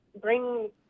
bring